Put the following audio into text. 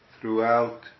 throughout